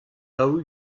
daou